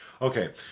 Okay